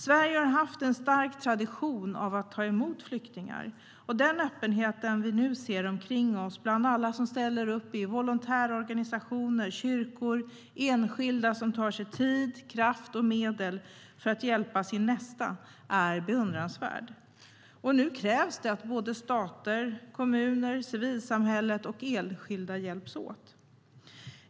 Sverige har haft en stark tradition av att ta emot flyktingar. Den öppenhet vi nu ser omkring oss bland alla som ställer upp i volontärorganisationer och kyrkor och bland enskilda som tar sig tid, kraft och medel för att hjälpa sin nästa är beundransvärd. Nu krävs att såväl stater och kommuner som civilsamhälle och enskilda hjälps åt.